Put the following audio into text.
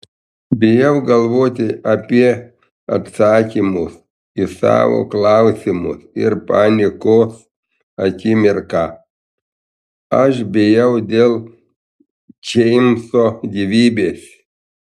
bijau galvoti apie atsakymus į savo klausimus ir panikos akimirką aš bijau dėl džeimso gyvybės